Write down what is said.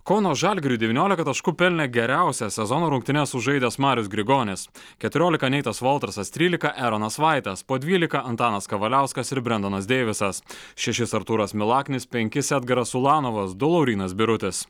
kauno žalgiriui devyniolika taškų pelnė geriausias sezono rungtynes sužaidęs marius grigonis keturiolika neitas voltersas trylika eronas vaitas po dvylika antanas kavaliauskas ir brendonas deivisas šešis artūras milaknis penkis edgaras ulanovas du laurynas birutis